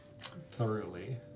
Thoroughly